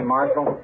Marshal